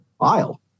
aisle